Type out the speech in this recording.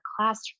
classroom